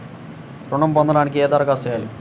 ఋణం పొందటానికి ఎలా దరఖాస్తు చేయాలి?